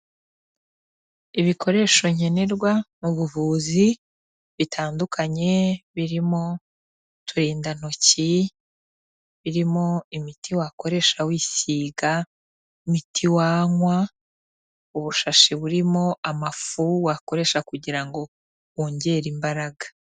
Ibikoresho nkenerwa mu buvuzi bitandukanye, birimo uturindantoki, birimo imiti wakoresha wisiga, imiti wanywa, ubushashi burimo amafu wakoresha kugira ngo wongere imbaraga.